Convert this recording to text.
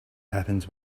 happens